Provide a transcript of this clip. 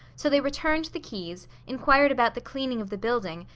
so they returned the keys, inquired about the cleaning of the building,